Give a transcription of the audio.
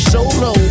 solo